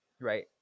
right